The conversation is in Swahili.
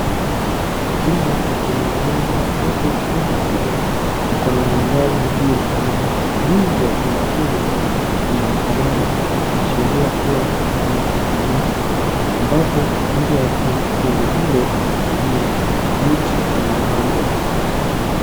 Jumba limejengwa ambapo jumba hilo liko na mandhari nzuri na juu ya jumba hilo kuna msalaba kuashiria kuwa ni kanisa ambapo nje ya jengo hilo kuna miti imepandwa.